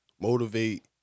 motivate